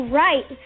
right